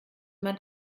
man